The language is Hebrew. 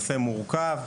הנושא מורכב,